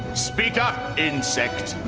speak up, insect.